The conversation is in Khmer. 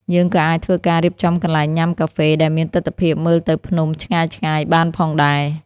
យើងក៏អាចធ្វើការរៀបចំកន្លែងញ៉ាំកាហ្វេដែលមានទិដ្ឋភាពមើលទៅភ្នំឆ្ងាយៗបានផងដែរ។